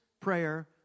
prayer